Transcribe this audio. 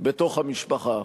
בתוך המשפחה,